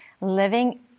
living